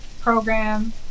program